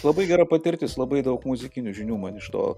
labai gera patirtis labai daug muzikinių žinių man iš to